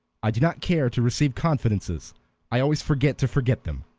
i do not care to receive confidences i always forget to forget them.